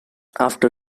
after